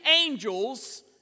angels